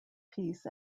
piece